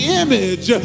image